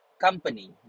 company